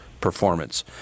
performance